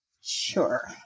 Sure